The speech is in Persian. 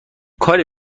کاری